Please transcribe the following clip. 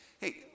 Hey